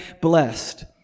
blessed